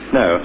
no